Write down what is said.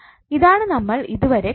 ഇതാണ് നമ്മൾ ഇതുവരെ കണ്ടത്